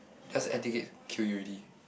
does air ticket kill you already